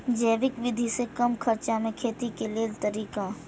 जैविक विधि से कम खर्चा में खेती के लेल तरीका?